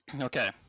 Okay